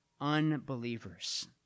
unbelievers